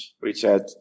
Richard